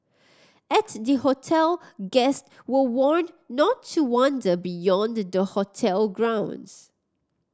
at the hotel guest were warned not to wander beyond the hotel grounds